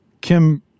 Kim